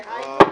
דהיינו: